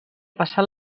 passar